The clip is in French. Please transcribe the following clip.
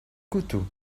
couteau